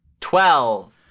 Twelve